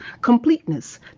completeness